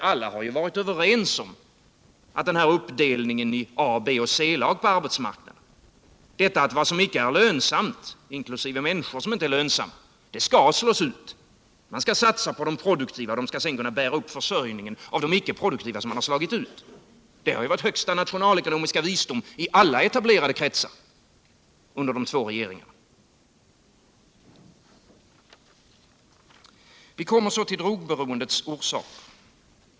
Alla har ju varit överens om uppdelningen i A-, B och C-lag på arbetsmarknaden, om att vad som inte är lönsamt — inkl. människor som inte är lönsamma — skall slås ut, om att man skall satsa på de produktiva och att de skall bära upp försörjningen av de icke produktiva, som man har slagit ut. Det har varit högsta nationalekonomiska visdom i alla etablerade kretsar under de två regeringarna. Vi kommer så till drogberoendets orsaker.